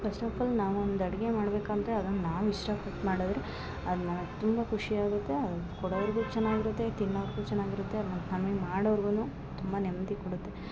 first of all ನಾವೊಂದು ಅಡ್ಗೆ ಮಾಡ್ಬೇಕಂದರೆ ಅದನ್ನ ನಾವು ಇಷ್ಟಪಟ್ಟು ಮಾಡಿದ್ರೆ ಅದ್ನ ತುಂಬ ಖುಷಿ ಆಗುತ್ತೆ ಅದನ್ನ ಕೊಡೋರ್ಗು ಚೆನ್ನಾಗಿ ಇರುತ್ತೆ ತಿನ್ನೋರ್ಗು ಚೆನ್ನಾಗಿ ಇರುತ್ತೆ ಅದ್ನ ಹಮಿಗ್ ಮಾಡೋರ್ಗುನು ತುಂಬ ನೆಮ್ದಿ ಕೊಡುತ್ತೆ